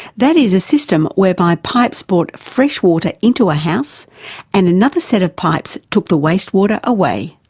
that is, a system whereby pipes brought fresh water into a house and another set of pipes took the waste water away.